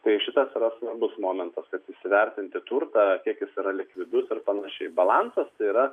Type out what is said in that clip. tai šitas yra svarbus momentas įsivertinti turtą kiek jis yra likvidus ir panašiai balansas tai yra